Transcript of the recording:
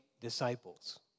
disciples